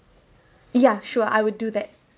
yeah sure I will do that